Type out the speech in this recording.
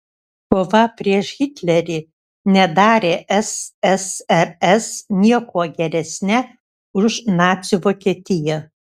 kova prieš hitlerį nedarė ssrs niekuo geresne už nacių vokietiją